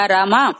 Rama